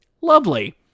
Lovely